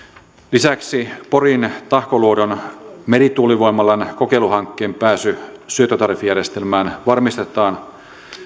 lisäksi porin tahkoluodon merituulivoimalan kokeiluhankkeen pääsy syöttötariffijärjestelmään varmistetaan